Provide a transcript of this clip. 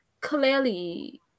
clearly